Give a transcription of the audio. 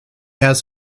has